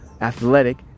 athletic